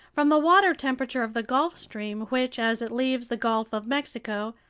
from the water temperature of the gulf stream, which, as it leaves the gulf of mexico,